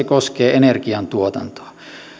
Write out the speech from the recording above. koskee energiantuotantoa